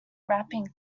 wrapping